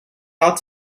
ought